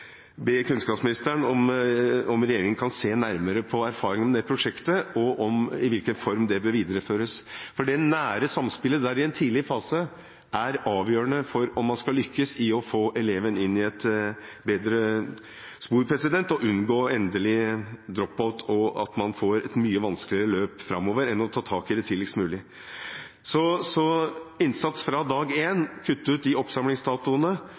i hvilken form det bør videreføres. For det nære samspillet i en tidlig fase er avgjørende for om man skal lykkes med å få eleven inn i et bedre spor og unngå endelig drop-out. Man får et mye vanskeligere løp framover om man ikke tar tak i det tidligst mulig. Innsats fra dag én og kutt ut de oppsamlingsdatoene!